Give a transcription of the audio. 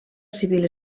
civil